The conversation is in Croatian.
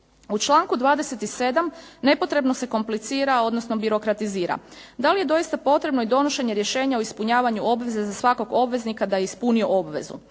U članku 27. nepotrebno se komplicira odnosno birokratizira. Da li je doista potrebno i donošenje rješenja o ispunjavanju obveze za svakog obveznika da ispuni obvezu?